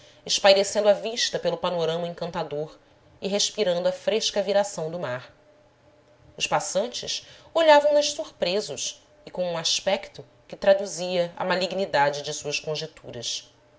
espairecendo a vista pelo panorama encantador e respirando a fresca viração do mar os passantes olhavam nas surpresos e com um aspecto que traduzia a malignidade de suas conjeturas